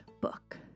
book